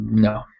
No